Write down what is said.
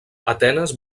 atenes